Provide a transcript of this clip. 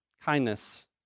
kindness